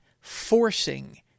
forcing